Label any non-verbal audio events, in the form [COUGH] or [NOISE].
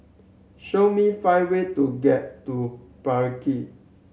show me five way to get to [UNINTELLIGIBLE]